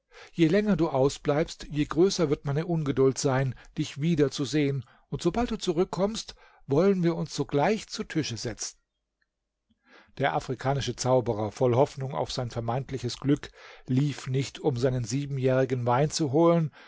je länger du ausbleibst je größer wird meine ungeduld sein dich wieder zu sehen und sobald du zurückkommst wollen wir uns sogleich zu tische setzen der afrikanische zauberer voller hoffnung auf sein vermeintliches glück lief nicht um seinen siebenjährigen wein zu holen